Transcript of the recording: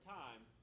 time